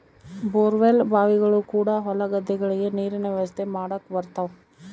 bore well ಬಾವಿಗಳು ಕೂಡ ಹೊಲ ಗದ್ದೆಗಳಿಗೆ ನೀರಿನ ವ್ಯವಸ್ಥೆ ಮಾಡಕ ಬರುತವ